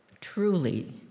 Truly